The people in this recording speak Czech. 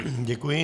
Děkuji.